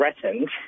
threatened